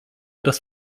das